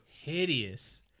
Hideous